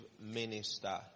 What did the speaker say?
minister